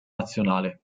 nazionale